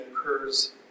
occurs